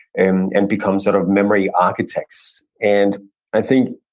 and and become sort of memory architects. and i think,